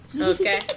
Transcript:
Okay